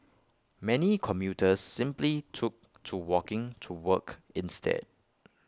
many commuters simply took to walking to work instead